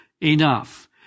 enough